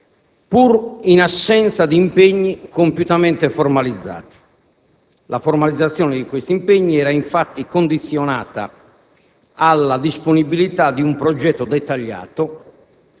pur in assenza di impegni compiutamente formalizzati. La formalizzazione di questi impegni era infatti condizionata alla disponibilità di un progetto dettagliato